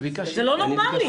זה לא נורמלי.